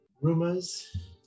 Rumors